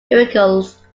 heracles